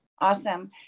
Awesome